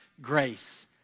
grace